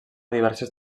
diverses